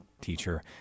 teacher